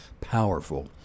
Powerful